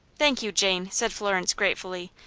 thank you, jane, said florence, gratefully.